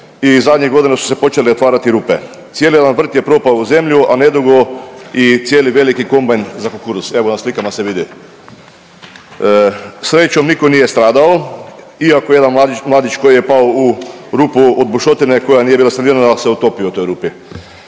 i zadnjih godina su se počele otvarati rupe. Cijeli jedan vrt je propao u zemlju, a nedugo i cijeli veliki kombajn za kukuruz, evo, na slikama se vidi. Srećom, nitko nije stradao iako jedan mladić koji je pao u rupu od bušotine koja nije bila sanirana se utopio u toj rupi.